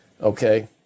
Okay